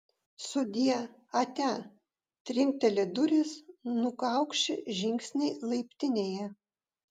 sudie atia trinkteli durys nukaukši žingsniai laiptinėje